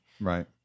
Right